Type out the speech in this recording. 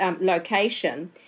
location